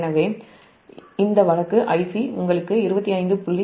எனவே அந்த வழக்கு Ic உங்களுக்கு 25